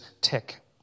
tick